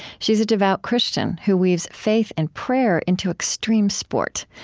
she's a devout christian who weaves faith and prayer into extreme sport,